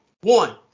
One